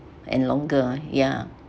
and longer ya